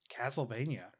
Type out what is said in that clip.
Castlevania